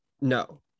No